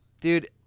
dude